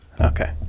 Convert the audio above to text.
okay